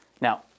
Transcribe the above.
Now